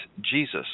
Jesus